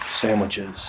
Sandwiches